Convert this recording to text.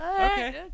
okay